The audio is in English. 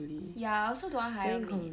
ya I also don't want hire maid